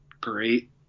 great